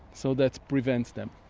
so that prevents them.